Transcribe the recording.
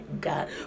God